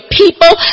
people